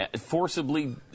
forcibly